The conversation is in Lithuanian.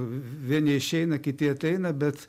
vieni išeina kiti ateina bet